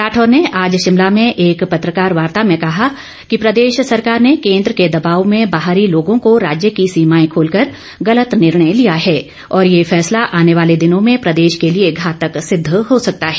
राठौर ने आज शिमला में एक पत्रकार वार्ता में कहा कि प्रदेश सरकार ने केंद्र को दबाव में बाहरी लोगों को राज्य की सीमाएं खोल कर गलत निर्णय लिया है और ये फैसला आने वाले दिनों में प्रदेश के लिए घातक सिद्ध हो सकता है